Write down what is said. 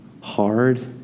hard